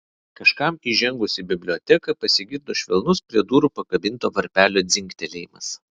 kažkam įžengus į biblioteką pasigirdo švelnus prie durų pakabinto varpelio dzingtelėjimas